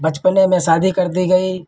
बचपन में ही शादी कर दी गई